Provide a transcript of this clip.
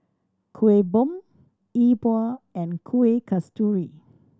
Kueh Bom E Bua and Kuih Kasturi